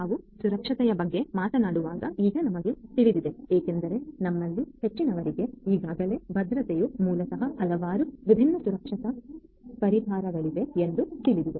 ನಾವು ಸುರಕ್ಷತೆಯ ಬಗ್ಗೆ ಮಾತನಾಡುವಾಗ ಈಗ ನಿಮಗೆ ತಿಳಿದಿದೆ ಏಕೆಂದರೆ ನಮ್ಮಲ್ಲಿ ಹೆಚ್ಚಿನವರಿಗೆ ಈಗಾಗಲೇ ಭದ್ರತೆಯು ಮೂಲತಃ ಹಲವಾರು ವಿಭಿನ್ನ ಸುರಕ್ಷತಾ ಪರಿಹಾರಗಳಿವೆ ಎಂದು ತಿಳಿದಿದೆ